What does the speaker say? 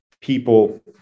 people